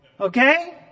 okay